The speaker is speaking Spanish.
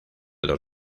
dos